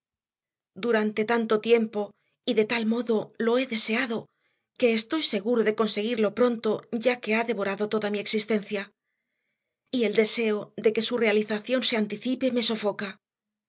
durante tanto tiempo y de tal modo lo he deseado que estoy seguro de conseguirlo pronto ya que ha devorado toda mi existencia y el deseo de que su realización se anticipe me sofoca